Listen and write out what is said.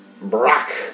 Brock